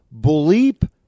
bleep